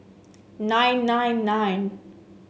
nine nine nine